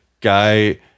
guy